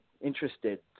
interested